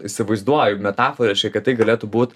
įsivaizduoju metaforiškai kad tai galėtų būt